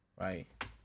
Right